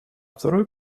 второй